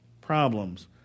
problems